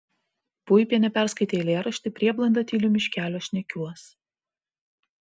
puipienė perskaitė eilėraštį prieblanda tyli miškeliuos šnekiuos